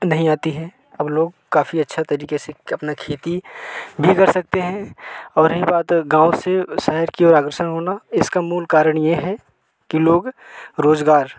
नहीं आती है अब लोग काफ़ी अच्छा तरीके से अपना खेती भी कर सकते हैं और रही बात गाँव से शहर की ओर अग्रसर होना इसका मूल कारण ये है कि लोग रोजगार